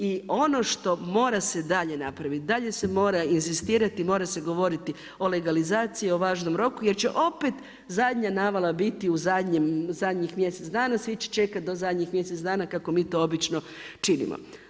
I ono što mora se dalje napraviti, dalje se mora inzistirati i mora se govoriti o legalizaciji o važnom roku jer će opet zadnja navala biti u zadnjih mjesec dana, svi će čekati do zadnjih mjesec dana kako mi to obično činimo.